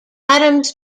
adams